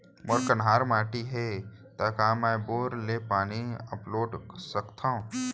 मोर कन्हार माटी हे, त का मैं बोर ले पानी अपलोड सकथव?